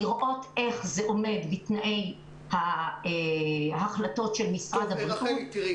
לראות איך זה עומד בתנאי ההחלטות של משרד הבריאות.